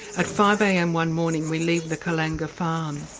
at five am one morning we leave the kallanga farm,